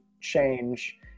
change